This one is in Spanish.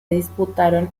disputaron